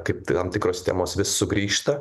kaip tam tikros temos vis sugrįžta